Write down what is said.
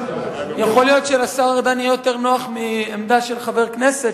יכול להיות שלשר ארדן יהיה יותר נוח מעמדה של חבר כנסת,